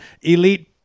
elite